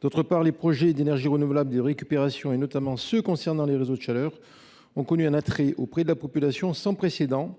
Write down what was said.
D’autre part, les projets d’énergie renouvelable et de récupération, notamment ceux qui concernent les réseaux de chaleur, ont exercé un attrait sans précédent